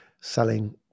selling